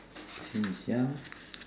since young